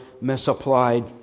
misapplied